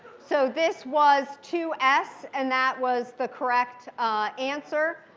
so this was two s. and that was the correct answer.